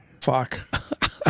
Fuck